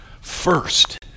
First